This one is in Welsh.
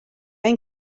ein